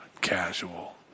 casual